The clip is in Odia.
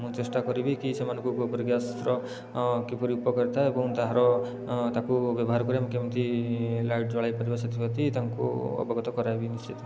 ମୁଁ ଚେଷ୍ଟା କରିବି କି ସେମାନଙ୍କୁ ଗୋବର ଗ୍ୟାସ୍ର କିପରି ଉପକାରିତା ଏବଂ ତାହାର ତାହାକୁ ବ୍ୟବହାର କରି ଆମେ କେମିତି ଲାଇଟ ଜଳାଇ ପାରିବା ସେଥିପ୍ରତି ତାଙ୍କୁ ଅବଗତ କରାଇବି ନିଶ୍ଚିତ